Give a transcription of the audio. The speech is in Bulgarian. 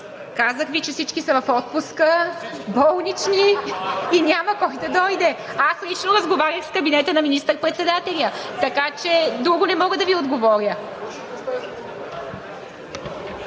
Казах Ви, че всички са в отпуска, болнични и няма кой да дойде. Аз лично разговарях с кабинета на министър-председателя, така че друго не мога да Ви отговоря.